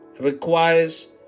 requires